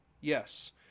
Yes